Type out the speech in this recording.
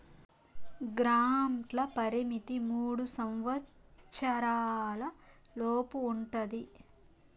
గ్రాంట్ల పరిమితి మూడు సంవచ్చరాల లోపు ఉంటది